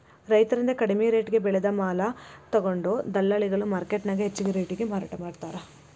ರೈತರಿಂದ ಕಡಿಮಿ ರೆಟೇಗೆ ಬೆಳೆದ ಮಾಲ ತೊಗೊಂಡು ದಲ್ಲಾಳಿಗಳು ಮಾರ್ಕೆಟ್ನ್ಯಾಗ ಹೆಚ್ಚಿಗಿ ರೇಟಿಗೆ ಮಾರಾಟ ಮಾಡ್ತಾರ